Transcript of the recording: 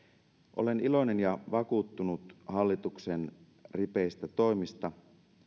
olen iloinen ja vakuuttunut hallituksen ripeistä toimista